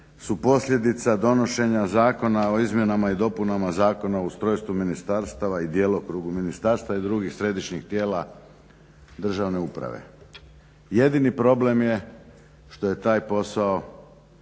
su posljedica donošenja zakona o izmjenama i dopunama Zakona o ustrojstvu ministarstava i djelokrugu ministarstva i drugih središnjih tijela državne uprave. Jedini problem je što je taj posao